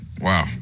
Wow